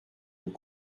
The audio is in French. vous